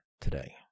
today